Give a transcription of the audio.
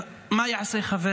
מה יעשה חבר